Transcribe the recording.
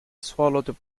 swallowed